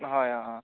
হয় অ' অ'